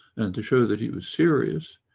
and to show that he was serious,